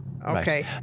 Okay